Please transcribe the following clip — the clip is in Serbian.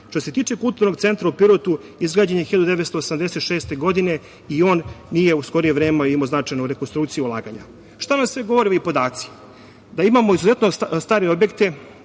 se tiče Kulturnog centra u Pirotu izgrađen je 1986. godine, i on nije u skorije vreme imao značajnu rekonstrukciju i ulaganja. Šta nam sve govore ovi podaci? Da imamo izuzetno stare objekte,